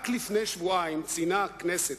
רק לפני שבועיים ציינה הכנסת,